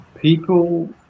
People